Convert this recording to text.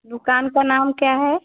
दुकान का नाम क्या है